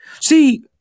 See